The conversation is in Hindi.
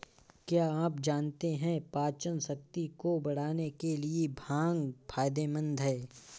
क्या आप जानते है पाचनशक्ति को बढ़ाने के लिए भांग फायदेमंद है?